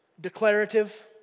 declarative